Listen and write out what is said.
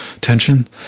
tension